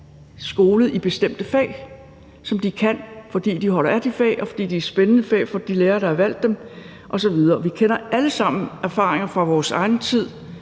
skolet i bestemte fag, som de kan, fordi de holder af de fag, og fordi det er spændende fag for de lærere, der har valgt dem osv., og vi kender alle sammen til erfaringer fra vores egen tid